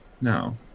no